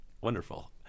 wonderful